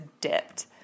dipped